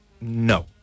no